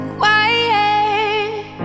quiet